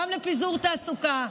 גם לפיזור תעסוקה,